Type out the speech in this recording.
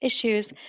issues